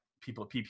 people